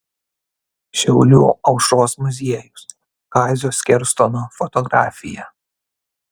šiaulių aušros muziejus kazio skerstono fotografija